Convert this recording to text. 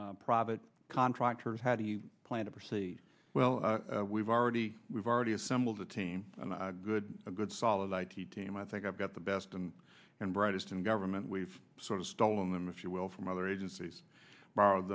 on private contractors how do you plan to proceed well we've already we've already assembled a team good a good solid i t team i think i've got the best and brightest in government we've sort of stolen them if you will from other agencies borrow